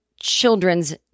Children's